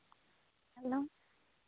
hello